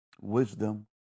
wisdom